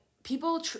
People